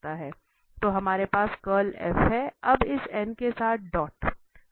तो हमारे पास कर्ल है अब इस के साथ डॉट